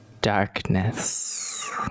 Darkness